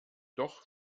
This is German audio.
doch